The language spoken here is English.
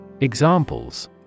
Examples